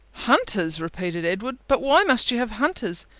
hunters! repeated edward but why must you have hunters?